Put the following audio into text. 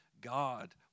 God